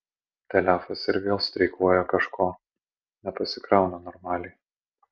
telefas ir vėl streikuoja kažko nepasikrauna normaliai